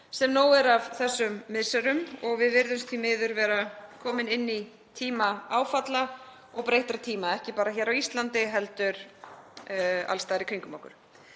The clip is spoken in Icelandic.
sem nóg er af þessi misserin. Við virðumst því miður vera komin inn í tíma áfalla og breyttra tíma, ekki bara hér á Íslandi heldur alls staðar í kringum okkur.